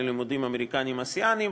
ללימודים אמריקניים-אסייתיים,